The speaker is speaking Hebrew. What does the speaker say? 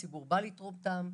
הציבור בא לתרום דם.